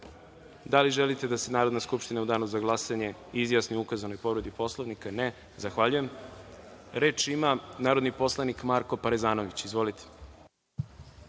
li želite da se Narodna skupština u danu za glasanje izjasni o ukazanoj povredi Poslovnika? Ne. Zahvaljujem. Reč ima narodni poslanik Marko Parezanović. Izvolite.